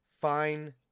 fine